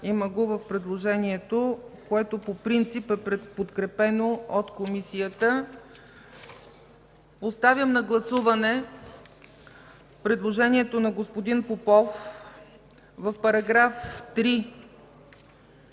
има го в предложението, което по принцип е подкрепено от Комисията. Поставям на гласуване предложението на господин Попов – в § 3,